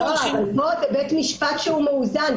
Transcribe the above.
פה זה בית משפט שהוא מאוזן.